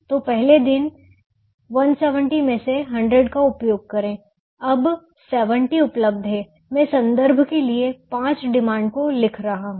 तो पहले दिन 170 में से 100 का उपयोग करें अब 70 उपलब्ध है मैं संदर्भ के लिए 5 डिमांड को लिख रहा हूं